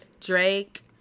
Drake